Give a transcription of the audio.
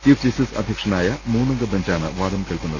chief justice അധ്യക്ഷനായ മൂന്നംഗ ബെഞ്ചാണ് വാദം കേൾക്കുന്നത്